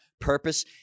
purpose